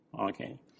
okay